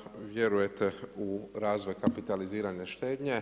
Drago mi je da vjerujete u razvoj kapitalizirane štednje,